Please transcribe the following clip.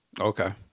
Okay